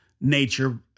nature